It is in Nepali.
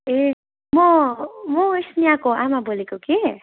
ए म म स्नेहको आमा बोलेको कि